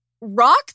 Rock